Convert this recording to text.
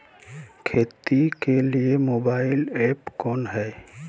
खेती के लिए मोबाइल ऐप कौन है?